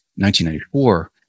1994